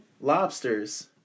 lobsters